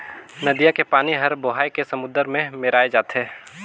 नदिया के पानी हर बोहाए के समुन्दर में मेराय जाथे